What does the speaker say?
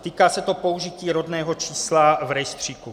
Týká se to použití rodného čísla v rejstříku.